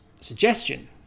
suggestion